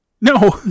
No